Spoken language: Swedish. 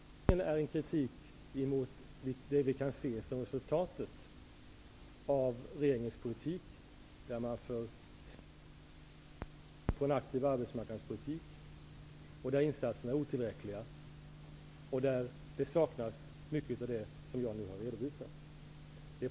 Formuleringen är en kritik mot resultatet, som vi kan se av regeringens politik. Insatserna är otillräckliga och det saknas mycket av det som jag nu har redovisat.